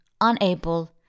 unable